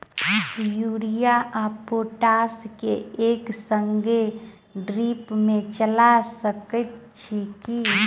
Urea आ potash केँ एक संगे ड्रिप मे चला सकैत छी की?